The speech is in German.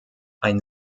ein